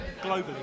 globally